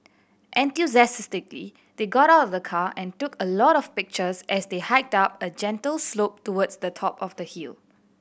enthusiastically they got out of the car and took a lot of pictures as they hiked up a gentle slope towards the top of the hill